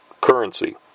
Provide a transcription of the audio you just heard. currency